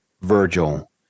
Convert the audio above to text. Virgil